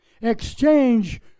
Exchange